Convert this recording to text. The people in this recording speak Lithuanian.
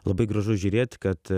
labai gražu žiūrėt kad